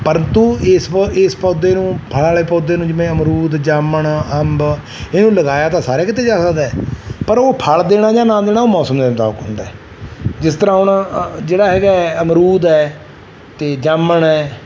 ਪਰੰਤੂ ਇਸ ਪ ਇਸ ਪੌਦੇ ਨੂੰ ਫ਼ਲਾ ਵਾਲੇ ਪੌਦੇ ਨੂੰ ਜਿਵੇਂ ਅਮਰੂਦ ਜਾਮਣ ਅੰਬ ਇਹਨੂੰ ਲਗਾਇਆ ਤਾਂ ਸਾਰੇ ਕਿਤੇ ਜਾ ਸਕਦਾ ਪਰ ਉਹ ਫਲ ਦੇਣਾ ਜਾਂ ਨਾ ਦੇਣਾ ਉਹ ਮੌਸਮ ਦੇ ਮੁਤਾਬਿਕ ਹੁੰਦਾ ਜਿਸ ਤਰ੍ਹਾਂ ਹੁਣ ਅ ਜਿਹੜਾ ਹੈਗਾ ਅਮਰੂਦ ਹੈ ਅਤੇ ਜਾਮਣ ਹੈ